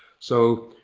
so,